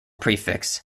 prefix